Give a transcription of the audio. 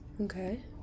Okay